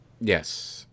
Yes